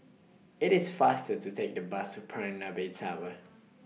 IT IS faster to Take The Bus to Bay Tower